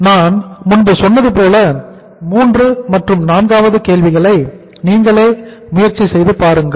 நான் முன்பு சொன்னது போல 3 மற்றும் 4 வது கேள்விகளை நீங்களே முயற்சி செய்து பாருங்கள்